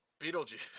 beetlejuice